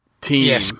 team